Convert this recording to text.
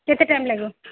କେତେ ଟାଇମ୍ ଲାଗିବ